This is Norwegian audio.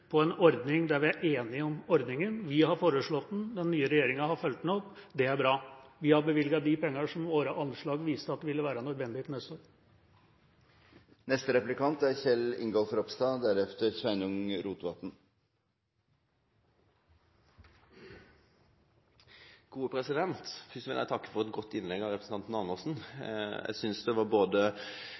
på en ordning der vi er enige om ordningen. Vi har foreslått den, den nye regjeringa har fulgt den opp – det er bra. Vi har bevilget de pengene som våre anslag viste ville være nødvendig til neste år. Først vil jeg takke for et godt innlegg av representanten Andersen. Jeg synes det var både